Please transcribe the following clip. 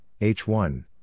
H1